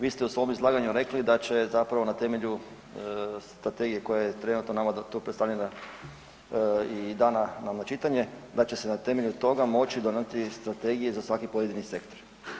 Vi ste u svom izlaganju rekli da će zapravo na temelju strategije koja je trenutno nama tu predstavljena i dana nam na čitanje, da će se na temelju toga moći donijeti strategije za svaki pojedini sektor.